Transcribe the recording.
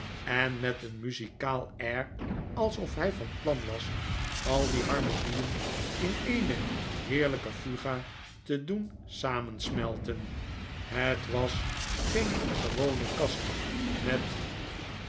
en met een muzikaal air alsof hy van plan was al die barmonien in eene heeriyke fug a te doen samensmelten het was geen gewone kast met